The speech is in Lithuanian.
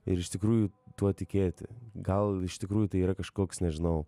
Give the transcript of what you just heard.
ir iš tikrųjų tuo tikėti gal iš tikrųjų tai yra kažkoks nežinau